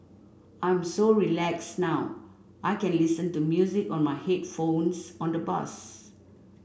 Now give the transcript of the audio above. I'm so relaxed now I can listen to music on my headphones on the bus